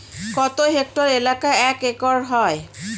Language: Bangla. কত হেক্টর এলাকা এক একর হয়?